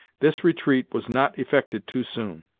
this retreat was not effected too soon.